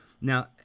Now